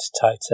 tighter